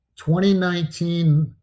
2019